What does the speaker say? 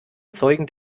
zeugen